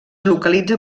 localitza